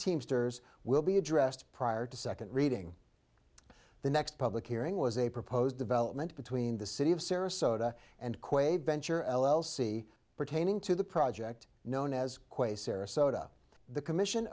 teamsters will be addressed prior to second reading the next public hearing was a proposed development between the city of sarasota and quaid venture l l c pertaining to the project known as a soda the commission